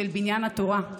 של בניין התורה.